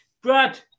Brad